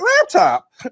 laptop